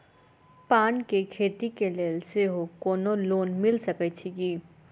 पान केँ खेती केँ लेल सेहो कोनो लोन मिल सकै छी की?